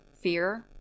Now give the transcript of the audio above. fear